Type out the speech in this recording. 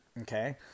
okay